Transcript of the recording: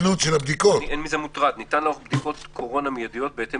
ניתן לאורך בדיקות קורונה מיידיות בהתאם